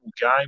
game